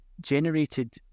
generated